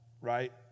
right